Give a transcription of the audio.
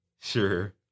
Sure